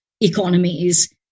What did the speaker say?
economies